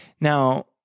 Now